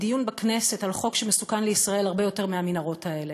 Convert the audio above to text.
מדיון בכנסת על חוק שמסוכן לישראל הרבה יותר מהמנהרות האלה,